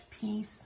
peace